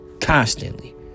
constantly